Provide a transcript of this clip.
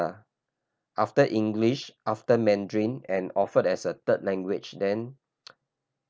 ah after English after Mandarin and offered as a third language then